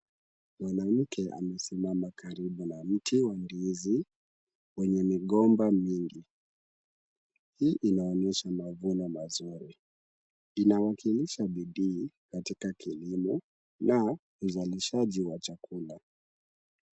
Mwanamke amesimama karibu na mti wa ndizi wenye migomba mingi. Hii inaonyesha mavuno mazuri. Inawakilisha bidii katika kilimo na uzalishaji wa chakula .